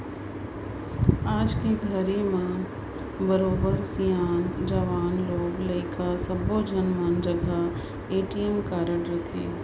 आयज के घरी में बरोबर सियान, जवान, लोग लइका सब्बे झन मन जघा ए.टी.एम कारड रथे